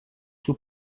sous